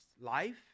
life